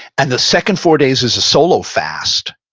and the second four days is a solo fast.